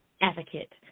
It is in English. advocate